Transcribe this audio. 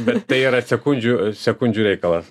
bet tai yra sekundžių sekundžių reikalas